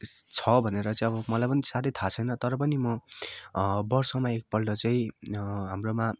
छ भनेर चाहिँ अब मलाई पनि साह्रै थाहा छैन तर पनि म वर्षमा एकपल्ट चाहिँ हाम्रोमा